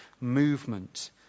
movement